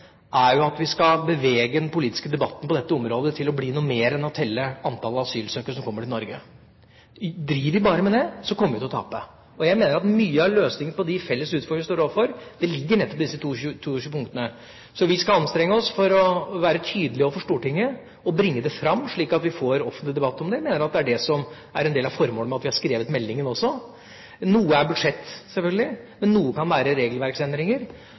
er at det skal bevege den politiske debatten på dette området til å bli noe mer enn å telle antallet asylsøkere som kommer til Norge. Driver vi bare med det, kommer vi til å tape. Jeg mener at mye av løsningen på de felles utfordringene vi står overfor, ligger nettopp i disse 22 punktene. Vi skal anstrenge oss for å være tydelige overfor Stortinget og bringe det fram, slik at vi får offentlig debatt om det. Jeg mener at det er det som er en del av formålet med at vi har skrevet meldingen også. Noe er budsjett, selvfølgelig, men noe kan være regelverksendringer.